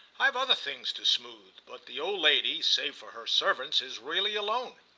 i've other things to smooth but the old lady, save for her servants, is really alone.